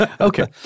Okay